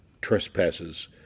trespasses